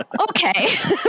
okay